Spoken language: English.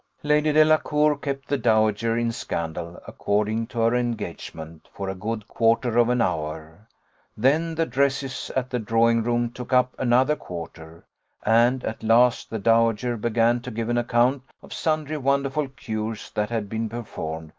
lady delacour kept the dowager in scandal, according to her engagement, for a good quarter of an hour then the dresses at the drawing-room took up another quarter and, at last, the dowager began to give an account of sundry wonderful cures that had been performed,